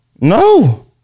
No